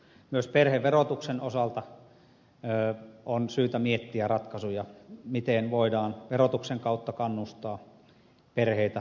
myös perheverotuksen osalta on syytä miettiä ratkaisuja miten voidaan verotuksen kautta kannustaa perheitä lapsiperheitä